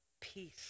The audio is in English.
peace